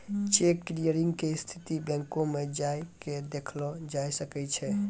cheque clearing के स्थिति बैंको मे जाय के देखलो जाय सकै छै